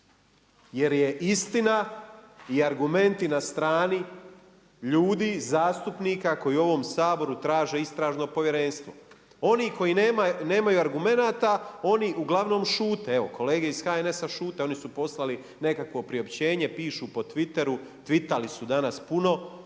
jer je istina i argumenti na strani ljudi, zastupnika koji u ovom Saboru traže istražno povjerenstvo. Oni koji nemaju argumenata oni uglavnom šute, evo kolege iz HNS-a šute, oni su poslali nekakvo priopćenje, pišu po twitteru, twittali su danas puno